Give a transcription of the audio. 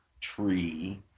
tree